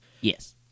Yes